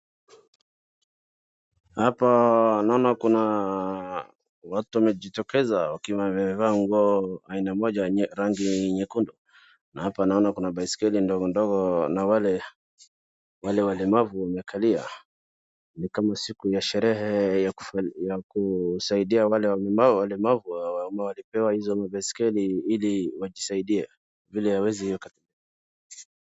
Hapa naona kuna watu wamejitokeza wakiwa wamevaa nguo aina moja yenye rangi nyekundu, na hapa naona kuna baiskeli ndogondogo na wale walemavu wamekalia, ni kama siku ya sherehe ya kusaidia wale walemavu ambao walipewa hizo baiskeli ili wajisaidie, vile hawawezi wakatembea.